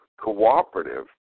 cooperative